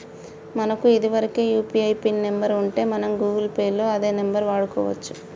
మనకు ఇదివరకే UPI pin number ఉంటే మనం గూగుల్ పే లో అదే నెంబర్ వాడుకోవచ్చు